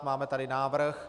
Máme tady návrh.